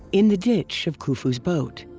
in the ditch of khufu's boat.